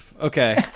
Okay